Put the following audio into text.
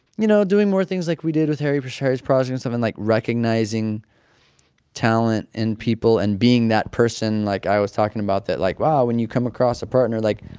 you know, doing more things like we did with harry for harry's projects i mean, like, recognizing talent in people and being that person like i was talking about that, like, wow, when you come across a partner. like,